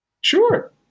Sure